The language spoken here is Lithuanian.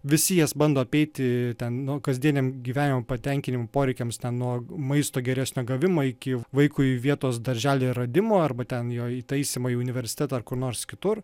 visi jas bando apeiti ten nu kasdieniam gyvenime patenkinimo poreikiams nuo maisto geresnio gavimo iki vaikui vietos darželyje radimo arba ten jo įtaisymą į universitetą ar kur nors kitur